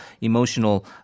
emotional